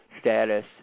status